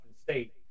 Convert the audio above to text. State